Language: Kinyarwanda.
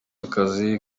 akazi